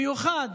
במיוחד